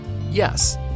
Yes